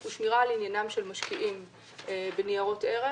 הוא שמירה על עניינם של משקיעים בניירות ערך.